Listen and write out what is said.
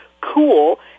cool